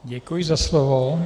Děkuji za slovo.